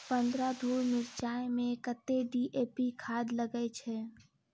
पन्द्रह धूर मिर्चाई मे कत्ते डी.ए.पी खाद लगय छै?